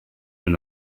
nous